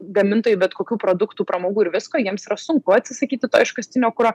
gamintojai bet kokių produktų pramogų ir visko jiems yra sunku atsisakyti to iškastinio kuro